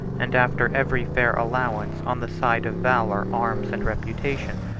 and after every fair allowance on the side of valor, arms, and reputation,